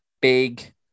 big